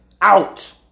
out